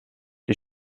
die